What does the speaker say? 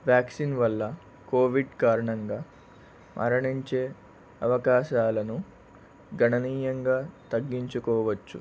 vaccine వల్ల Covid కారణంగా మరణించే అవకాశాలను గణనీయంగా తగ్గించుకోవచ్చు